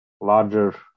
Larger